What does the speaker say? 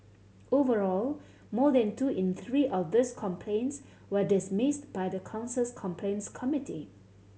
overall more than two in three of these complaints were dismissed by the council's complaints committee